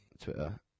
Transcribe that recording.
twitter